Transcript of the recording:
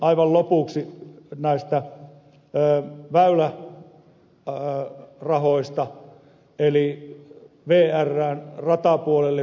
aivan lopuksi näistä väylärahoista eli viittaan vrn ratapuolelle